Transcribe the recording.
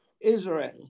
Israel